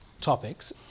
topics